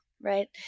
right